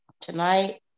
tonight